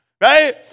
right